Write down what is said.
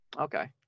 okay